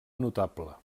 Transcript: notable